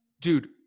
Dude